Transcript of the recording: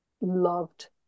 loved